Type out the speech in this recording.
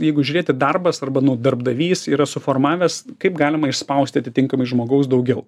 jeigu žiūrėti darbas arba nu darbdavys yra suformavęs kaip galima išspausti tinkamai žmogaus daugiau